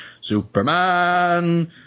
Superman